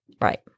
Right